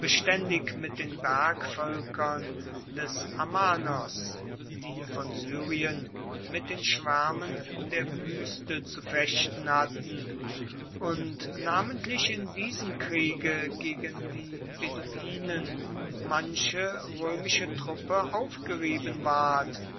beständig mit den bergvölkern des amanos die von syrien mit den schwärmen der wüste zu fechten hatten und namentlich in diesem kriege gegen die beduinen manche römische truppe aufgerieben ward